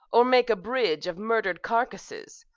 or make a bridge of murder'd carcasses,